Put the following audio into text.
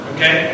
Okay